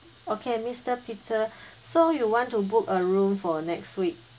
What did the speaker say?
okay mister peter so you want to book a room for next week